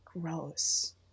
gross